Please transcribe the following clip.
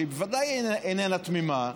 שהיא בוודאי איננה תמימה,